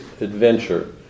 adventure